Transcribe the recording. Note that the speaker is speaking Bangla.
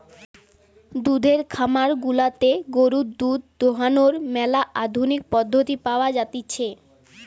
দুধের খামার গুলাতে গরুর দুধ দোহানোর ম্যালা আধুনিক পদ্ধতি পাওয়া জাতিছে